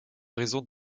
raison